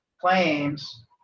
claims